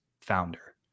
founder